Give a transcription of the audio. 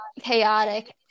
chaotic